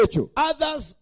others